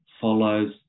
follows